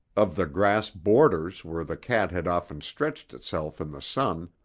of the grass borders where the cat had often stretched itself in the sun,